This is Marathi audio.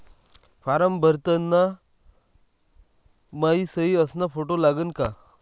फारम भरताना मायी सयी अस फोटो लागन का?